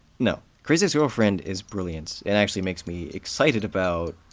no. crazy ex-girlfriend is brilliant and actually makes me excited about,